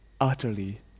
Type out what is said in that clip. utterly